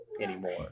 anymore